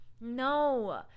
No